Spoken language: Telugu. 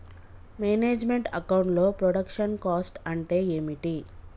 మేనేజ్ మెంట్ అకౌంట్ లో ప్రొడక్షన్ కాస్ట్ అంటే ఏమిటి?